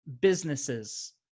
businesses